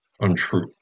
untrue